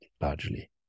largely